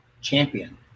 Champion